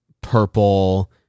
purple